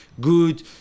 good